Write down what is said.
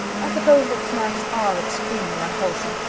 i suppose that snacks are extremely unwholesome.